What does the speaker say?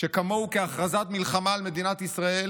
שכמוהו כהכרזות מלחמה על מדינת ישראל,